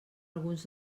alguns